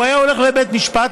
הוא היה הולך לבית משפט,